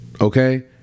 okay